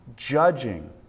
judging